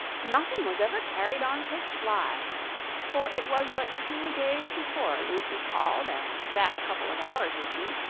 nothing was ever carried on so sly for it was but two days before lucy called and sat a couple of hours with me.